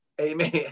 amen